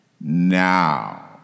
Now